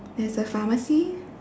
there's a pharmacy